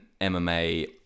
MMA